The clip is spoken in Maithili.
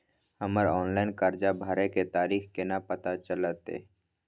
हमर ऑनलाइन कर्जा भरै के तारीख केना पता चलते?